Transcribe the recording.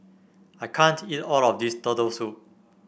I can't eat all of this Turtle Soup